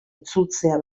itzultzea